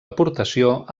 aportació